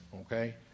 Okay